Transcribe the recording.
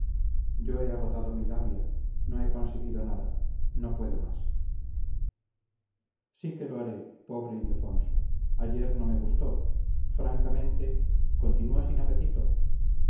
yo he agotado mi labia no he conseguido nada no puedo más sí que lo haré pobre ildefonso ayer no me gustó francamente continúa sin apetito